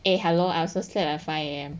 eh hello I also slept at five A_M